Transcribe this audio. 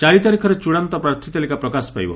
ଚାରି ତାରିଖରେ ଚୂଡ଼ାନ୍ତ ପ୍ରାର୍ଥୀ ତାଲିକା ପ୍ରକାଶ ପାଇବ